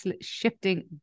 shifting